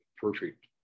perfect